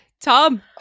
Tom